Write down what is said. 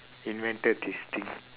invented this thing